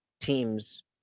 teams